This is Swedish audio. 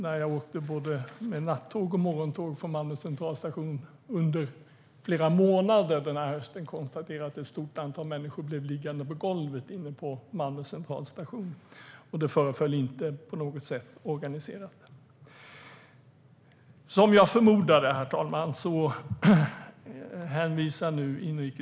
När jag åkte nattåg och morgontåg från Malmö centralstation i höstas kunde jag under flera månaders tid konstatera att ett stort antal människor blev liggande på golvet inne på stationen. Det föreföll inte på något sätt organiserat. Herr talman!